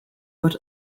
but